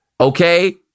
okay